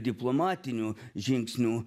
diplomatinių žingsnių